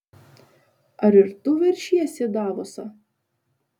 ar ir tu veršiesi į davosą